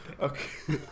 Okay